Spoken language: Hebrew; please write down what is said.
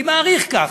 אני מעריך ככה,